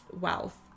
wealth